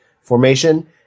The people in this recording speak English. formation